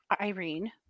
Irene